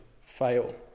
fail